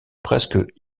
presque